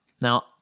Now